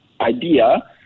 idea